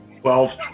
Twelve